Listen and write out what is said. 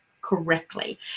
correctly